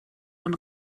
und